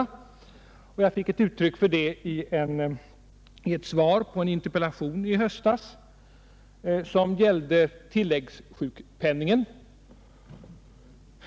Detta gav han uttryck åt i ett svar på en interpellation från mig i höstas som gällde tilläggssjukpenningen.